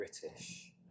British